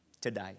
today